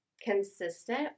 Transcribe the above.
consistent